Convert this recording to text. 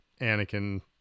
anakin